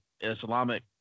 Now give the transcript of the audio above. Islamic